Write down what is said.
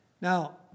Now